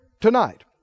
tonight